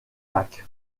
lacs